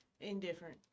indifferent